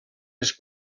les